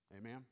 Amen